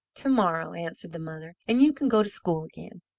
to-morrow, answered the mother, and you can go to school again.